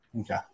Okay